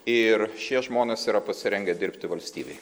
ir šie žmonės yra pasirengę dirbti valstybei